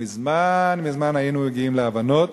כבר מזמן מזמן היינו מגיעים להבנות